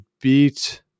beat